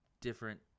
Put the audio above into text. different